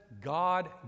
God